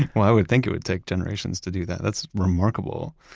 well i would think it would take generations to do that. that's remarkable.